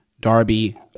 Darby